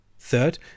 Third